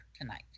tonight